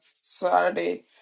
Saturday